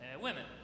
women